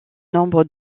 nombres